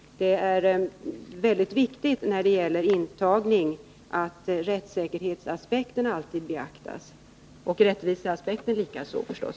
Det är mycket viktigt när det gäller intagning att rättssäkerhetsaspekten och förstås också rättviseaspekten alltid beaktas.